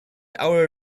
our